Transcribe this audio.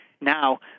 now